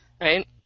right